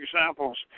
examples